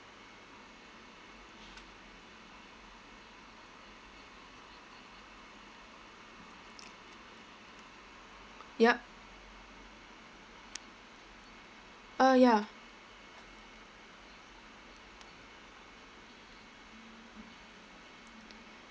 yup uh ya